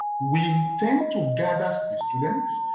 we tend to gather so the students